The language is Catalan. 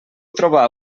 trobar